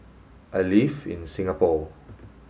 I live in Singapore